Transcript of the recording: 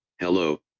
Hello